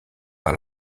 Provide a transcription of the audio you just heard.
par